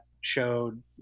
showed